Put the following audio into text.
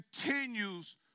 continues